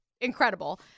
Incredible